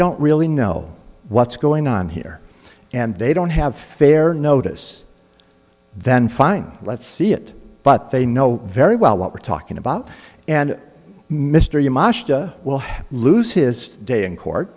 don't really know what's going on here and they don't have fair notice then fine let's see it but they know very well what we're talking about and mr yoo matia will have loose his day in court